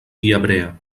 viabrea